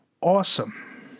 awesome